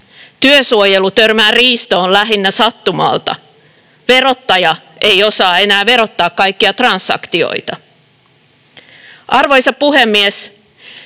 Työsuojelu törmää riistoon lähinnä sattumalta. Verottaja ei osaa enää verottaa kaikkia transaktioita. Arvoisa puhemies!